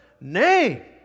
Nay